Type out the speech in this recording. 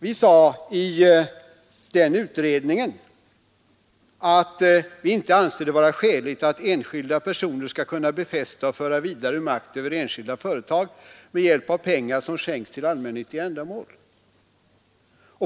Vi sade i den här skriften att vi inte anser det vara ”skäligt att enskilda personer skall kunna befästa och föra vidare makt över enskilda företag med hjälp av pengar som skänkts till allmännyttiga ändamål”.